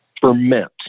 ferment